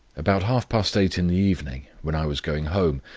about half-past eight in the evening, when i was going home,